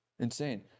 insane